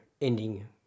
ending